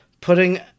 putting